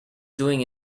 doing